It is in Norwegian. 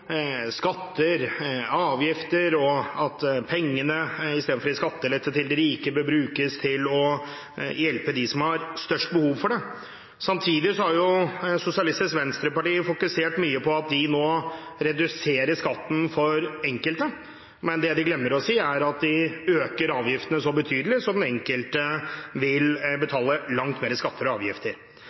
skatter og avgifter og at i stedet for å gi skattelette til de rike bør pengene brukes til å hjelpe dem som har størst behov for det. Samtidig har Sosialistisk Venstreparti fokusert mye på at de nå reduserer skatten for enkelte, men det de glemmer å si, er at de øker avgiftene så betydelig at den enkelte vil betale langt mer i skatter og avgifter.